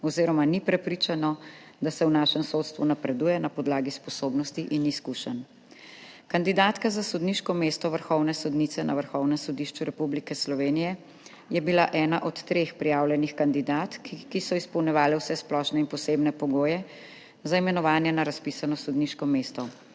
oziroma ni prepričano, da se v našem sodstvu napreduje na podlagi sposobnosti in izkušenj. Kandidatka za sodniško mesto vrhovne sodnice na Vrhovnem sodišču Republike Slovenije je bila ena od treh prijavljenih kandidatk, ki so izpolnjevale vse splošne in posebne pogoje za imenovanje na razpisano sodniško mesto.